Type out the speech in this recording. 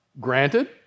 Granted